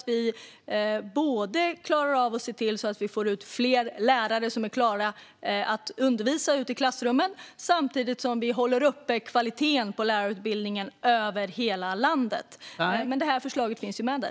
Vi ska se till att vi får ut fler lärare som är klara att undervisa ute i klassrummen, samtidigt som vi håller uppe kvaliteten på lärarutbildningen över hela landet. Det här förslaget finns med där.